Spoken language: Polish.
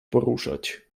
poruszać